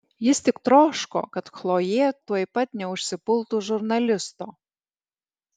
jis tik troško kad chlojė tuoj pat neužsipultų žurnalisto